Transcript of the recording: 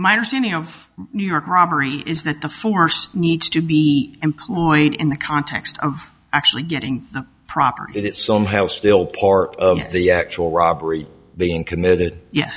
my understanding of new york robbery is that the force needs to be employed in the context of actually getting proper it somehow still part of the actual robbery being committed ye